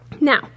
Now